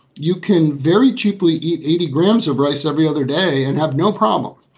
you can very cheaply eat eighty grams of rice every other day and have no problem.